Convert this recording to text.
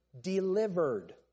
delivered